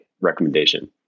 recommendation